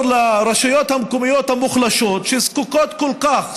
לרשויות המקומיות המוחלשות שזקוקות כל כך,